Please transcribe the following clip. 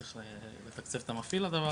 צריך לתקצב את המפעיל לדבר הזה.